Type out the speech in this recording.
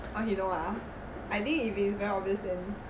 oh he know uh I think if it is very obvious then